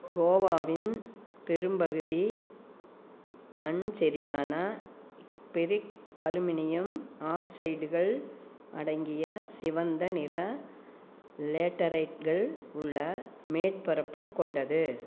கோவாவின் பெரும்பகுதி மண் செறிவான பெரிக் அலுமினியம் ஆக்சைடுகள் அடங்கிய சிவந்த நிற லேட்டரைட்கள் உள்ள மேற்பரப்பு கொண்டது